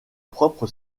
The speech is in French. propre